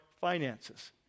finances